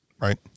right